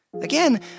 Again